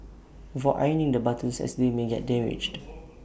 avoid ironing the buttons as they may get damaged